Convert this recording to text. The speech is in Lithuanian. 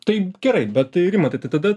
tai gerai bet tai rimantai tai tada